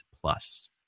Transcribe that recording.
plus